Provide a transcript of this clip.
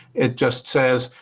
it just says